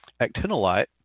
actinolite